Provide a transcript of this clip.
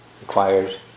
requires